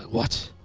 what?